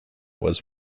was